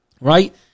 Right